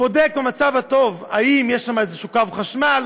בודק במקרה הטוב אם יש שם איזשהו קו חשמל,